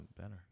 better